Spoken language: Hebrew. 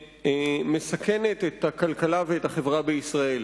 שמסכנת את הכלכלה ואת החברה בישראל.